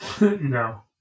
No